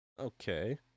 okay